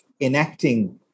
enacting